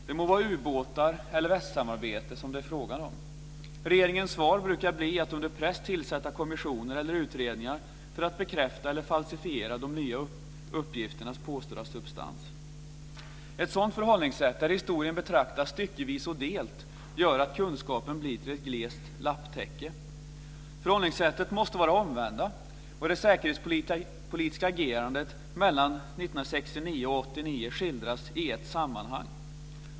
Det må vara ubåtar eller västsamarbete. Regeringens svar brukar bli att under press tillsätta kommissioner eller utredningar för att bekräfta eller falsifiera de nya uppgifternas påstådda substans. Ett sådant förhållningssätt, där historien betraktas styckevis och delt, gör att kunskapen blir till ett glest lapptäcke. Förhållningssättet måste vara det omvända och det säkerhetspolitiska agerandet mellan 1969 och 1989 skildras i ett sammanhang.